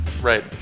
right